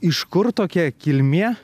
iš kur tokia kilmė